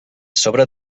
sobre